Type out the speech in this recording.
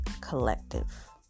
Collective